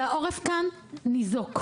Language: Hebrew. והעורף כאן ניזוק.